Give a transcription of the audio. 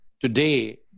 today